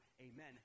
Amen